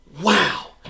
Wow